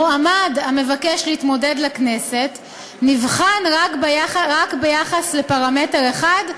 מועמד המבקש להתמודד לכנסת נבחן רק ביחס לפרמטר אחד,